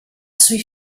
sui